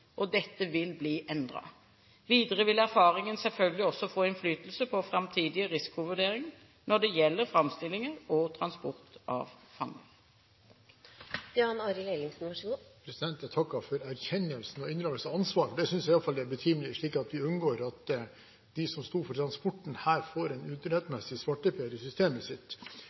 Dette vil bli endret. Videre vil erfaringen selvfølgelig også få innflytelse på framtidig risikovurdering når det gjelder framstillinger og transport av fanger. Jeg takker for erkjennelsen og innrømmelsen av ansvar – jeg synes iallfall det er betimelig, slik at vi unngår at de som sto for transporten her, får en urettmessig svarteper i systemet sitt.